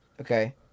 Okay